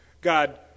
God